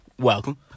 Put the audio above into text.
Welcome